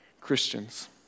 Christians